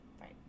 Right